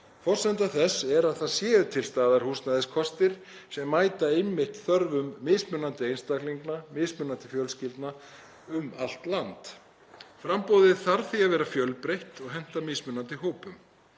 Forsenda þess er að til staðar séu húsnæðiskostir sem mæta einmitt þörfum mismunandi einstaklinga og fjölskyldna um allt land. Framboðið þarf því að vera fjölbreytt og henta mismunandi hópum.